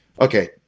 okay